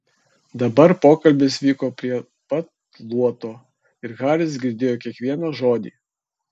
dabar pokalbis vyko prie pat luoto ir haris girdėjo kiekvieną žodį